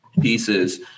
pieces